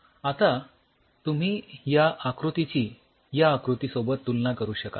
आता तुम्ही या आकृतीची या आकृतीसोबत तुलना करू शकाल